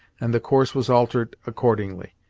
and the course was altered accordingly.